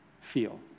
feel